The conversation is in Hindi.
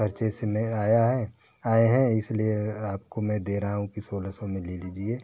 परिचय से आया है आए हैं इसलिए आपको मैं दे रहा हूँ कि सोलह सौ में ले लीजिए